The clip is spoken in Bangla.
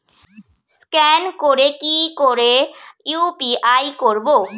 স্ক্যান করে কি করে ইউ.পি.আই করবো?